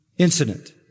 incident